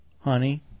Honey